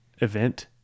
event